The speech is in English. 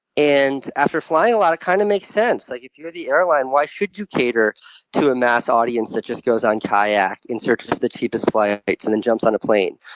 and, after flying a lot, it kind of makes sense. like if you're the airline, why should you cater to a mass audience that just goes on kayak in search of the cheapest flights and then jumps on a plane?